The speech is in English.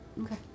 Okay